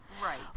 Right